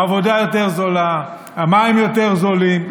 העבודה יותר זולה, המים יותר זולים.